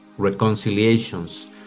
reconciliations